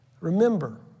Remember